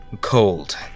Cold